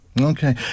Okay